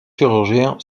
chirurgien